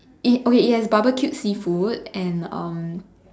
it okay it has barbecued seafood and um